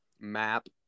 Map